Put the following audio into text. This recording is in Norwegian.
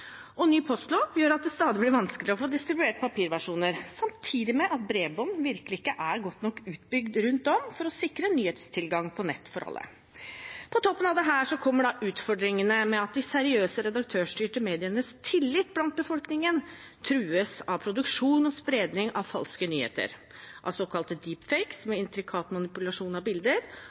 Ny postlov gjør at det stadig blir vanskeligere å få distribuert papirversjoner, samtidig med at bredbånd virkelig ikke er godt nok utbygd rundt om for å sikre nyhetstilgang på nett for alle. På toppen av dette kommer utfordringen med at de seriøse redaktørstyrte medienes tillit blant befolkningen trues av produksjon og spredning av falske nyheter, av såkalte deep fakes, med intrikat manipulasjon av bilder,